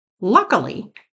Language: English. Luckily